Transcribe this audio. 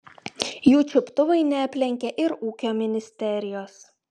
jų čiuptuvai neaplenkė ir ūkio ministerijos